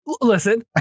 Listen